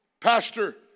pastor